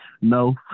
No